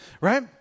right